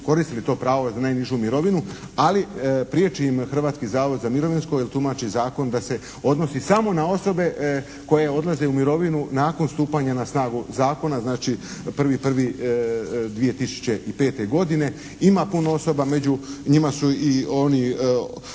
koristili to pravo za najnižu mirovinu, ali prijeći im Hrvatski zavod za mirovinsko jer tumači zakon da se odnosi samo na osobe koje odlaze u mirovinu nakon stupanja na snagu zakona, znači 1.1.2005. godine. Ima puno osoba. Među njima su i oni